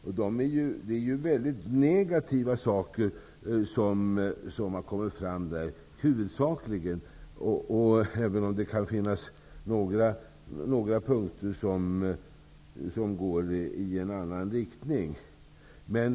Det är ju huvudsakligen väldigt negativa saker som kommit fram, även om det kan finnas några punkter som går i en annan riktning.